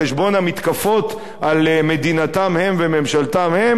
המתקפות על מדינתם שלהם וממשלתם שלהם?